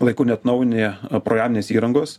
laiku neatnaujini programinės įrangos